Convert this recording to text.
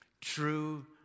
true